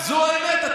זו האמת.